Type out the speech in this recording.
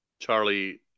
Charlie